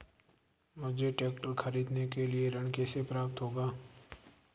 मुझे ट्रैक्टर खरीदने के लिए ऋण कैसे प्राप्त होगा?